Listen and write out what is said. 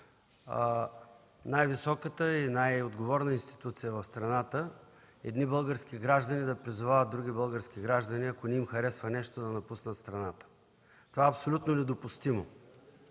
най-високата и най-отговорна институция в страната, едни български граждани да призовават други български граждани ако не им харесва нещо да напуснат страната. Това е абсолютно недопустимо.